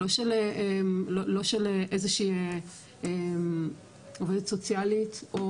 לא של איזו שהיא עובדת סוציאלית או